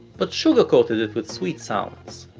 but sugarcoated it with sweet sounds.